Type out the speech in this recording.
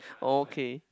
okay